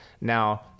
Now